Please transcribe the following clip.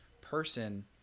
person